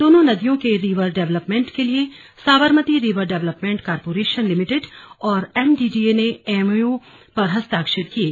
दोनों नदियों के रिवर फ्रंट डेवलपमेंट के लिए Sabarmati river front development corporation limited और एमडीडीए ने एमओयू पर हस्ताक्षर किये